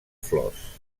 flors